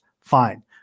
Fine